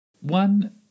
one